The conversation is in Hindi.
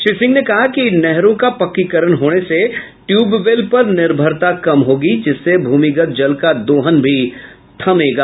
श्री सिंह ने कहा की नहरों का पक्कीकरण होने से ट्यूबवेल पर निर्भरता कम होगी जिससे भूमिगत जल का दोहन भी रूकेगा